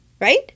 right